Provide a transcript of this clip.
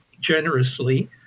generously